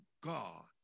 God